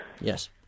Yes